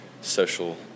social